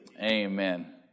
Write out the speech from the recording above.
Amen